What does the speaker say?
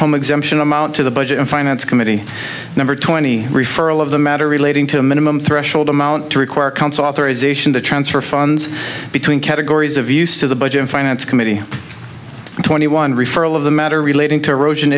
home exemption amount to the budget and finance committee number twenty referral of the matter relating to a minimum threshold amount to require council authorization to transfer funds between categories of use to the budget finance committee and twenty one referral of the matter relating to erosion